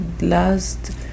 last